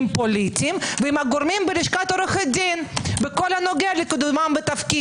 פוליטיים ועם גורמים בלשכת עורכי דין בכל הנוגע לקידומם בתפקיד.